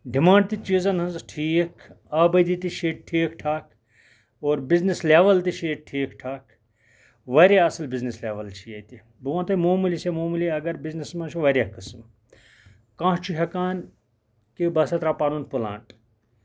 demand تہِ چیٖزَن ۂنز ٹھیٖک آبٲدی تہِ چھِ ییٚتہِ ٹھیٖک ٹھاکھ اور بِزنِس لیول تہِ چھُ یییٚہِ ٹھیٖک ٹھاکھ واریاہ اَصٕل بِزنِس لیول چھِ ییٚتہِ بہٕ وَنَو تۄہہِ موموٗلی سے موموٗلی اگر بِزنِسس منٛز چھِ واریاہ قسم کانہہ چھُ ہٮ۪کان کہِ بہٕ ہسا تراو پَنُن پٔلانٹ